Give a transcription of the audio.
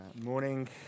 Morning